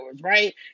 right